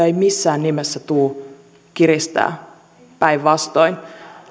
ei missään nimessä tule kiristää päinvastoin